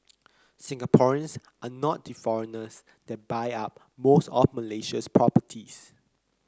Singaporeans are not the foreigners that buy up most of Malaysia's properties